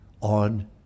on